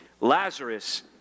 Lazarus